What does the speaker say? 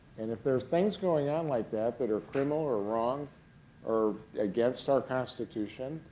and if there are things going on like that that are criminal or wrong or against our constitution,